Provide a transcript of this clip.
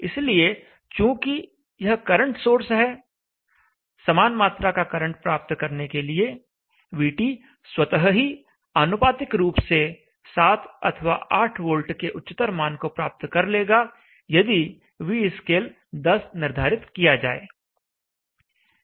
इसलिए चूँकि यह करंट सोर्स है समान मात्रा का करंट प्राप्त करने के लिए vT स्वतः ही आनुपातिक रूप से 7 अथवा 8 वोल्ट के उच्चतर मान को प्राप्त कर लेगा यदि vscale 10 निर्धारित किया जाए